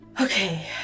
Okay